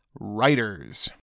writers